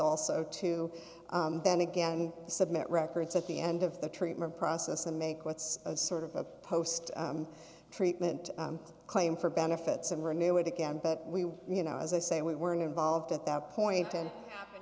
also to then again submit records at the end of the treatment process and make what's sort of a post treatment claim for benefits and renew it again but we you know as i say we weren't involved at that point in